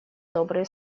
добрые